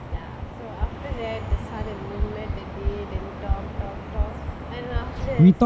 ya so after that the sun and moon met again then talk talk talk then after that